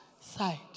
side